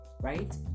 right